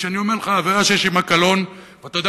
כשאני אומר לך "עבירה שיש עמה קלון" ואתה יודע